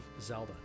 Zelda